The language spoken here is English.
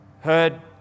heard